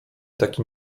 taki